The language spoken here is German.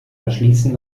verschließen